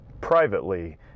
privately